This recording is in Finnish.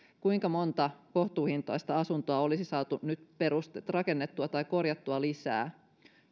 kuinka monta kohtuuhintaista asuntoa olisi saatu rakennettua tai korjattua lisää